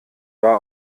war